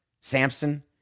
Samson